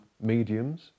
mediums